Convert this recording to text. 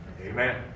Amen